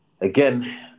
again